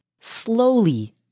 slowly